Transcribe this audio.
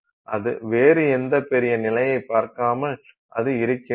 அது வேறு எந்த பெரிய நிலையைப் பார்க்காமல் அது இருக்கிறது